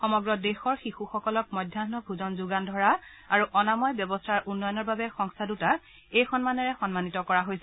সমগ্ৰ দেশৰ শিশুসকলক মধ্যাহ্ন ভোজন যোগান ধৰা আৰু অনাময় ব্যৱস্থাৰ উন্নয়নৰ বাবে সংস্থা দুটাক এই সন্মানেৰে সন্মানিত কৰা হৈছে